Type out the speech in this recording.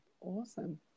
Awesome